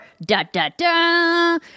Da-da-da